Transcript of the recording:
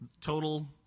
total